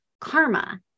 karma